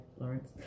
Lawrence